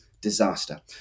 disaster